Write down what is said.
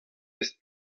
eus